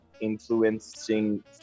influencing